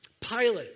Pilate